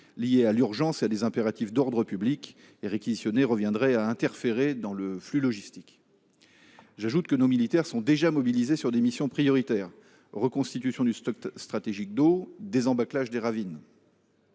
lié à l’urgence et à des impératifs d’ordre public, et réquisitionner reviendrait à interférer dans le flux logistique. J’ajoute que nos militaires sont déjà mobilisés sur des missions prioritaires : reconstitution du stock stratégique d’eau, désembâclement des ravines,